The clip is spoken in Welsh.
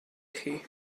chi